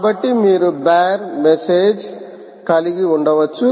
కాబట్టి మీరు bare message కలిగి ఉండవచ్చు